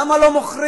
למה לא מוכרים,